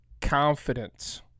Confidence